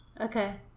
Okay